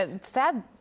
sad